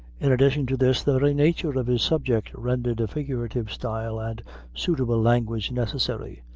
in addition to this, the very nature of his subject rendered a figurative style and suitable language necessary,